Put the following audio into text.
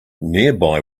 nearby